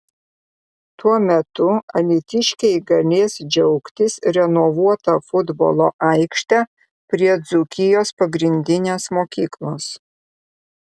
tuo metu alytiškiai galės džiaugtis renovuota futbolo aikšte prie dzūkijos pagrindinės mokyklos